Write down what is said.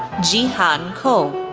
ji han ko,